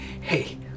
hey